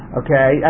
okay